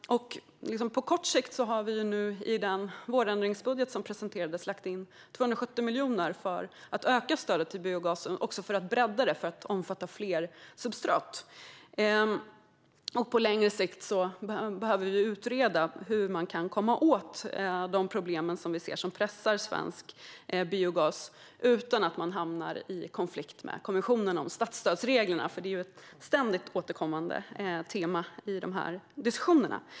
När det gäller på kort sikt har vi i den vårändringsbudget som presenterades anslagit 270 miljoner för att öka stödet till biogas och för att bredda det till att omfatta fler substrat. På längre sikt behöver det utredas hur man kan komma åt de problem som pressar svensk biogas utan att man hamnar i konflikt med kommissionen om statsstödsreglerna, vilket är ett ständigt återkommande tema i dessa diskussioner.